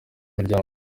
miryango